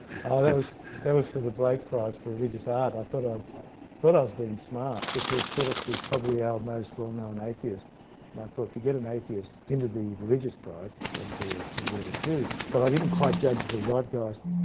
ah that was that was for the blake prize for religious art. i thought i was, i thought i was being smart because phillip was probably our most well known atheist. and i thought to get an atheist into the religious prize would be a little bit of a coo. but i didn't quite judge the zeitgeist,